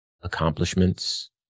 accomplishments